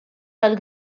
tal